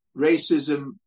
racism